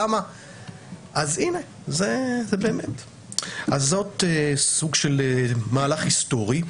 זה באמת סוג של מהלך היסטורי.